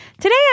Today